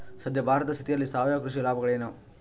ಸದ್ಯ ಭಾರತದ ಸ್ಥಿತಿಯಲ್ಲಿ ಸಾವಯವ ಕೃಷಿಯ ಲಾಭಗಳೇನು?